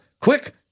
Quick